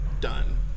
done